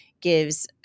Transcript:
gives